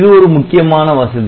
இது ஒரு முக்கியமான வசதி